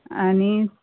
आनी